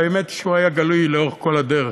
האמת שהוא היה גלוי לאורך כל הדרך,